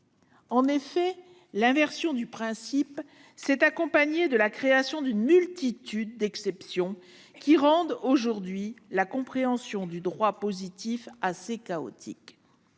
En effet, l'inversion du principe s'est accompagnée de la création d'une multitude d'exceptions qui rendent la compréhension du droit positif assez chaotique.